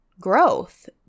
growth